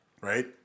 right